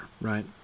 right